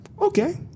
Okay